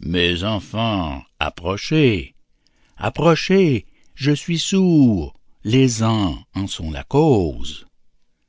mes enfants approchez approchez je suis sourd les ans en sont la cause